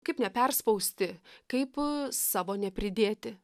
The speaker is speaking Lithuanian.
kaip neperspausti kaip savo nepridėti